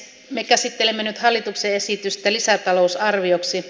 me käsittelemme nyt hallituksen esitystä lisätalousarvioksi